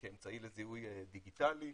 כאמצעי לזיהוי דיגיטלי.